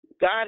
God